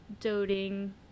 doting